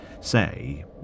say